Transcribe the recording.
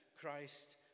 Christ